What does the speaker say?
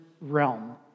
realm